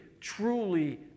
truly